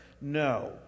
No